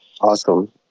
Awesome